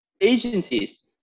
agencies